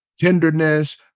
tenderness